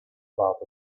about